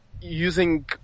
using